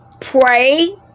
pray